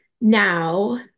now